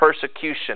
persecution